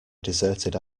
deserted